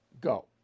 Go